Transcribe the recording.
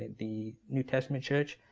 the new testament church,